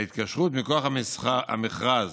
ההתקשרות מכוח המכרז